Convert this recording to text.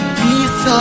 peace